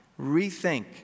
rethink